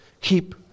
Keep